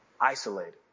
isolated